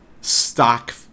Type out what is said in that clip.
stock